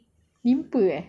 limpa eh